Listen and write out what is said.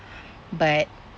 but